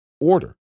order